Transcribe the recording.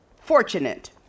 fortunate